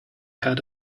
had